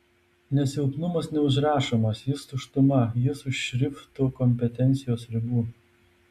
nes silpnumas neužrašomas jis tuštuma jis už šrifto kompetencijos ribų